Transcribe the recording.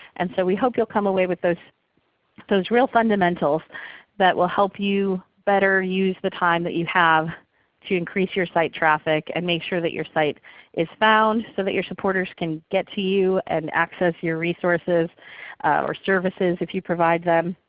and so we hope you'll come away with those those real fundamentals that will help you better use the time that you have to increase your site traffic and make sure that your site is found, so that your supporters can get to you and access your resources or services, if you provide them.